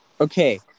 Okay